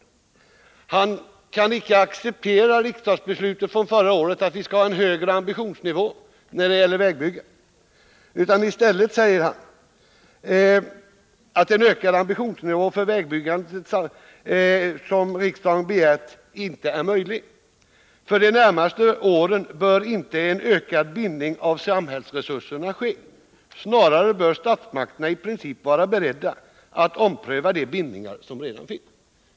Han kan icke acceptera riksdagsbeslutet från förra året, att vi skall ha en högre ambitionsnivå när det gäller vägbyggandet, utan säger i stället att en sådan ökad ambitionsnivå för vägbyggandet som riksdagen begärt inte är möjlig att åstadkomma. För de närmaste åren bör inte en ökad bindning av samhällsresurserna ske. Snarare bör statsmakterna i princip vara beredda att ompröva de bindningar som redan finns, säger han.